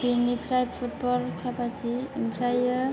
बिनिफ्राय फुटबल काबादि ओमफ्रायो